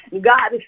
God